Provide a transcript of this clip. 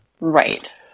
Right